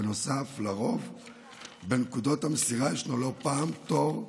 בנוסף, לרוב בנקודות המסירה יש לא פעם תור,